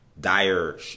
dire